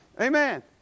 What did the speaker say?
Amen